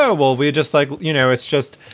ah well, we are just like, you know, it's just,